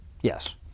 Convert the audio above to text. Yes